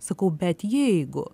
sakau bet jeigu